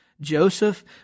Joseph